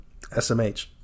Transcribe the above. smh